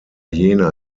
jena